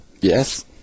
Yes